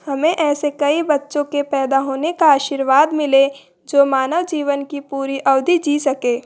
हमें ऐसे कई बच्चों के पैदा होने का आशीर्वाद मिले जो मानव जीवन की पूरी अवधि जी सकें